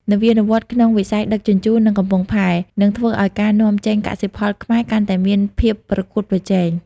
នវានុវត្តន៍ក្នុងវិស័យដឹកជញ្ជូន និងកំពង់ផែ នឹងធ្វើឱ្យការនាំចេញកសិផលខ្មែរកាន់តែមានភាពប្រកួតប្រជែង។